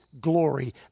glory